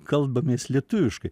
kalbamės lietuviškai